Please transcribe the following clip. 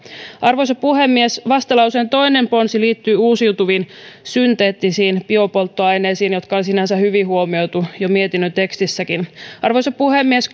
arvoisa puhemies vastalauseen toinen ponsi liittyy uusiutuviin synteettisiin biopolttoaineisiin jotka on sinänsä hyvin huomioitu jo mietinnön tekstissäkin arvoisa puhemies